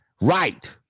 Right